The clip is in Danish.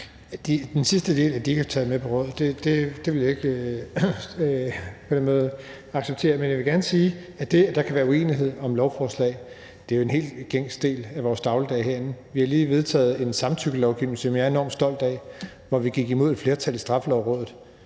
Det sidste med, at de ikke er blevet taget med på råd, vil jeg ikke acceptere. Men jeg vil gerne sige, at det, at der kan være uenighed om et lovforslag, er en helt almindelig del af vores dagligdag herinde. Vi har lige vedtaget en samtykkelovgivning, som jeg er enormt stolt af, hvor vi gik imod et flertal i Straffelovrådet,